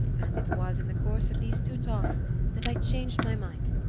and it was in the course of these two talks that i changed my mind,